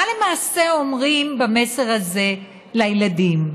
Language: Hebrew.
מה למעשה אומרים במסר הזה לילדים?